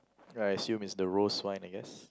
I assume it's the rose wine I guess